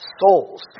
souls